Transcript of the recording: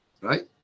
Right